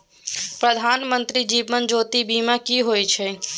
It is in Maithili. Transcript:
प्रधानमंत्री जीवन ज्योती बीमा की होय छै?